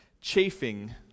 Chafing